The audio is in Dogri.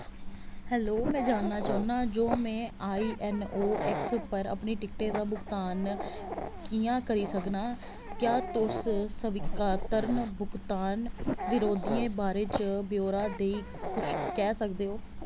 हैल्लो मैं जानना चाह्न्नां जे मैं आई एन ओ एक्स पर अपने टिकटें दा भुगतान कि'यां करी सकनां क्या तुस स्वीकारत भुगतान विधियें दे बारे च ब्यौरा देई सकदे ओ